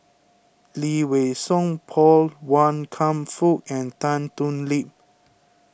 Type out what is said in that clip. Lee Wei Song Paul Wan Kam Fook and Tan Thoon Lip